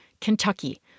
Kentucky